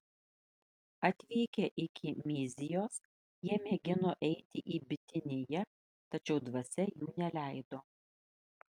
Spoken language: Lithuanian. atvykę iki myzijos jie mėgino eiti į bitiniją tačiau dvasia jų neleido